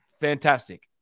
fantastic